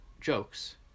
jokes